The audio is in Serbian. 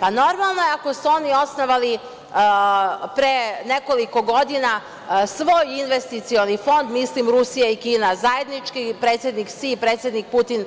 Pa, normalno je, ako su oni osnovali pre nekoliko godina svoj investicioni fond, mislim Rusija i Kina zajednički, predsednik Si i predsednik Putin